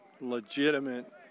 legitimate